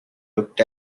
looked